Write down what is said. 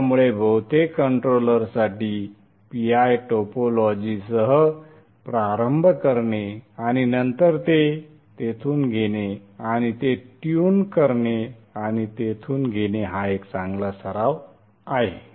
त्यामुळे बहुतेक कंट्रोलरसाठी PI टोपोलॉजीसह प्रारंभ करणे आणि नंतर ते तेथून घेणे आणि ते ट्यून करणे आणि तेथून घेणे हा एक चांगला सराव आहे